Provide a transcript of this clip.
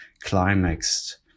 climaxed